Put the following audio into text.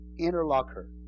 interlocker